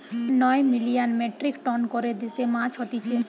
নয় million metric tonne করে দেশে মাছ হতিছে